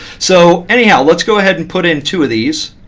so anyhow, let's go ahead and put in two of these.